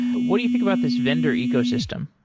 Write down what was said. what do you think about this vendor ecosystem?